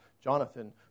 Jonathan